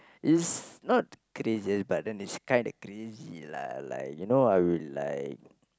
is not craziest but then is kind of crazy lah you know I would like